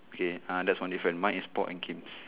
okay ah that's one different mine is paul and kim